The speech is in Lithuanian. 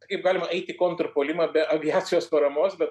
kaip galima eiti į kontrpuolimą be aviacijos paramos bet